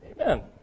Amen